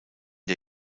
der